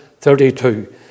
32